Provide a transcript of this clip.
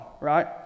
right